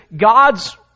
God's